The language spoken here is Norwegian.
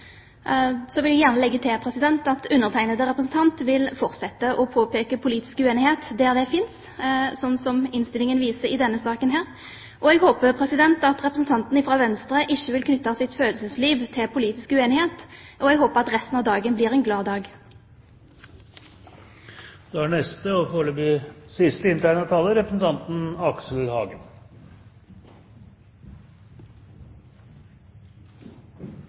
Så vil jeg gjerne legge til at undertegnede representant vil fortsette å påpeke politisk uenighet der det finnes, slik som innstillingen viser i denne saken. Jeg håper at representanten fra Venstre ikke vil knytte sitt følelsesliv til politisk uenighet. Og jeg håper at resten av dagen blir en glad